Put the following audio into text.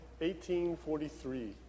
1843